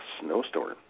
snowstorm